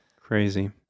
Crazy